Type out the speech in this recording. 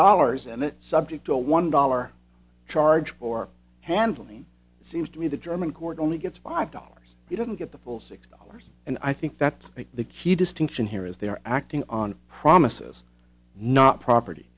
dollars and it subject to a one dollar charge for handling seems to me the german court only gets five dollars you don't get the full six dollars and i think that's the key distinction here is they are acting on promises not property